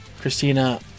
Christina